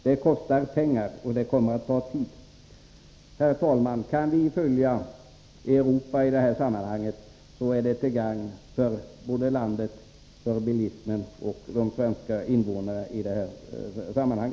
Det kostar pengar, och det kommer att ta tid. Herr talman! Kan vi följa Europa i detta sammanhang, så är det till gagn för landet, för bilismen och för invånarna i Sverige.